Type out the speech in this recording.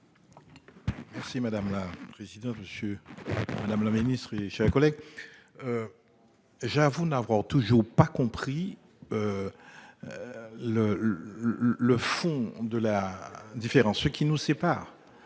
Merci madame la présidente, monsieur. Madame la ministre et j'ai un collègue. J'avoue n'avoir toujours pas compris. Le. Le fond de la différence, ce qui nous sépare.